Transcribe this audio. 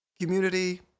community